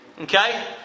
Okay